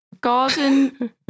garden